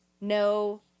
no